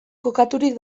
kokaturik